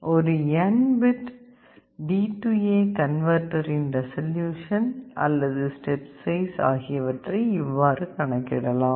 ஒரு N bit DA கன்வர்ட்டரின் resolution அல்லது ஸ்டெப் சைஸ் ஆகியவற்றை இவ்வாறு கணக்கிடலாம்